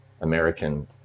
american